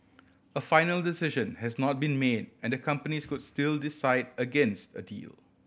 a final decision has not been made and the companies could still decide against a deal